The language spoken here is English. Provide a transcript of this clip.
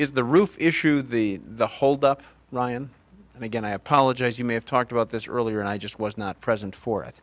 roof the roof issue the the holdup ryan and again i apologize you may have talked about this earlier and i just was not present for